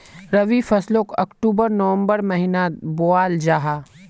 रबी फस्लोक अक्टूबर नवम्बर महिनात बोआल जाहा